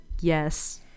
yes